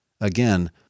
Again